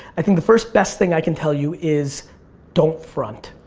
i think the first best thing i can tell you is don't front.